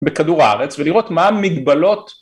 בכדור הארץ, ולראות מה המגבלות